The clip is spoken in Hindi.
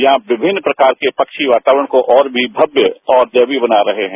यहां विभिन्न प्रकार के पक्षी वातावरण और भी भव्य और दैवीय बना रहे हैं